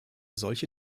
solche